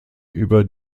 über